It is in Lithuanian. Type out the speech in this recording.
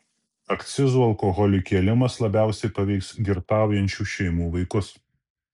akcizų alkoholiui kėlimas labiausiai paveiks girtaujančių šeimų vaikus